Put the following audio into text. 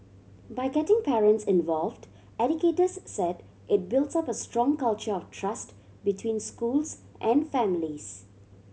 by getting parents involved educators said it builds up a strong culture of trust between schools and families